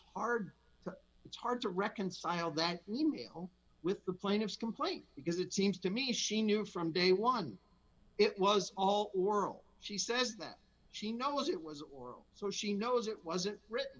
hard it's hard to reconcile that e mail with the plaintiff's complaint because it seems to me she knew from day one it was all oral she says that she knows it was oral so she knows it wasn't written